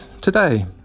today